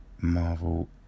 Marvel